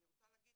אני רוצה להגיד,